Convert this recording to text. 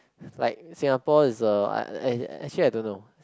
like Singapore is a actually I don't know